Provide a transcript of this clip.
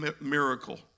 miracle